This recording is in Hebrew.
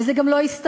וזה גם לא יסתדר.